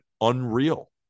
unreal